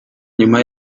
nyuma